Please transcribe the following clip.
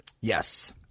Yes